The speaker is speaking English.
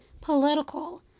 political